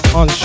on